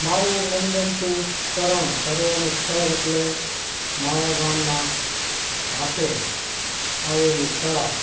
મારું મનગમતું તરણ તરવાનું સ્થળ એટલે મારા ગામના ઝાંપે આવેલું તળાવ